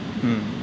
mm